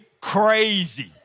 crazy